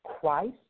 Christ